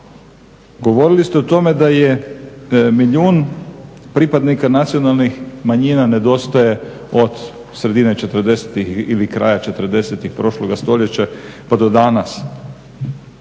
govorili ste o tome da je milijun pripadnika nacionalnih manjina nedostaje od sredine '40-ih ili kraja '40-ih prošloga stoljeća pa do danas.